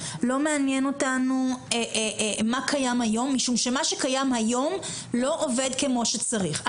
לא מעניין אותנו מה קיים היום משום שמה שקיים היום לא עובד כמו שצריך.